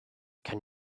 can